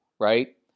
right